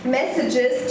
messages